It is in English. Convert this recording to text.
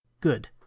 Good